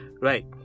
right